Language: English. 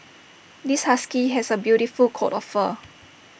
this husky has A beautiful coat of fur